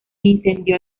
incendió